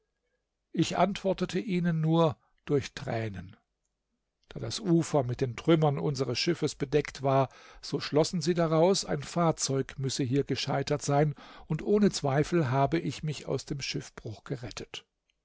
ich antwortete ihnen nur durch tränen da das ufer mit den trümmern unseres schiffes bedeckt war so schlossen sie daraus ein fahrzeug müsse hier gescheitert sein und ohne zweifel habe ich mich aus dem schiffbruch gerettet